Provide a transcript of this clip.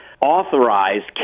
authorized